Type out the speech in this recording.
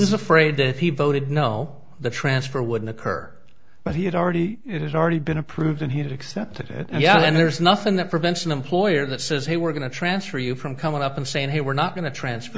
is afraid that he voted no the transfer wouldn't occur but he had already it has already been approved and he had accepted it yet and there's nothing that prevents an employer that says hey we're going to transfer you from coming up and saying hey we're not going to transfer